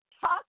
Talk